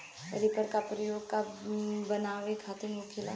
Reaper का प्रयोग का बनावे खातिन होखि?